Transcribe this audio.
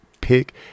pick